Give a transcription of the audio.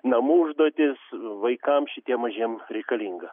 namų užduotys vaikam šitiem mažiem reikalinga